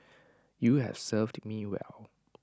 you have served me well